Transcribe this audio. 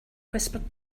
whispered